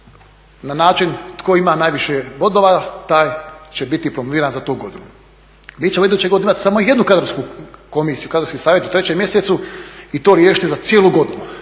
na način tko ima najviše bodova taj će biti promoviran za tu godinu. Mi ćemo iduće godine imati samo jednu kadrovsku komisiju, kadrovski savjet u trećem mjesecu i to riješiti za cijelu godinu.